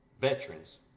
veterans